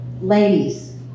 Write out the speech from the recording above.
ladies